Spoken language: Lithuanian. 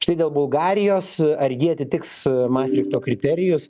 štai dėl bulgarijos ar jie atitiks mastrichto kriterijus